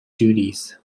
duties